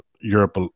Europe